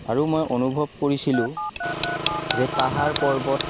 আৰু মই অনুভৱ কৰিছিলো যে পাহাৰ পৰ্বত